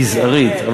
מזערית.